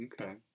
Okay